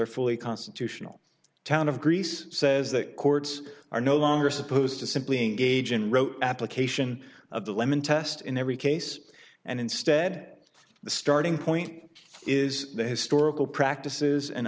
are fully constitutional town of greece says that courts are no longer supposed to simply engaging wrote application of the lemon test in every case and instead the starting point is the historical practices and